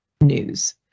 news